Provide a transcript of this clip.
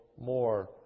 more